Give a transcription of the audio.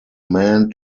man